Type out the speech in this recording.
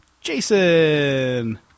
Jason